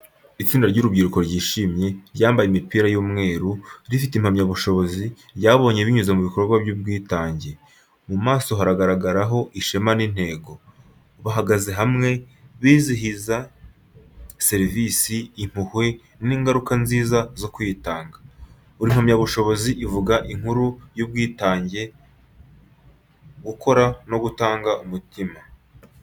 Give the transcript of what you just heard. Itsinda ry'urubyiruko ryishimye, ryambaye imipira y'umweru, rifite impamyabushobozi ryabonye binyuze mu bikorwa by’ubwitange. Mu maso habagaragaraho ishema n’intego. Bahagaze hamwe, bizihiza serivisi, impuhwe n’ingaruka nziza zo kwitanga. Buri mpamyabushobozi ivuga inkuru y’ubwitange, gukura no gutanga umutima.